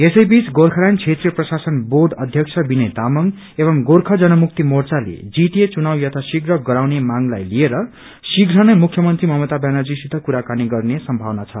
यसै बीच गोर्खाल्याण्ड क्षेत्रीय प्रशासन बोर्ड अध्यक्ष विनय तामाङ एव गोख्य जन मुक्ति मोर्चलि जीटीए चुनाउ यथाशिघ्र गराउने मांगलाई लिएर शिघ्र नै मुख्यमन्त्री ममता ब्यनर्जीसित कुराकानी गर्ने संभावना छ